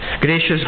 Gracious